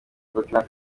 burkina